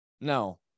No